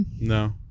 No